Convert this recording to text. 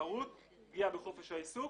יש כאן פגיעה בחופש העיסוק.